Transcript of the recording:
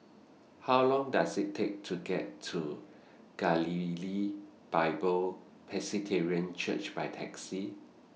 How Long Does IT Take to get to Galilee Bible Presbyterian Church By Taxi